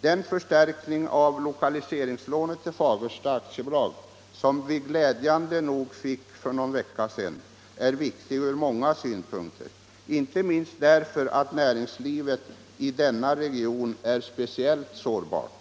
Den förstärkning av lokaliseringslånet till Fagersta AB som vi glädjande nog fick för någon vecka sedan är viktig från många synpunkter, inte minst därför att näringslivet i denna region är speciellt sårbart.